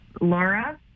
Laura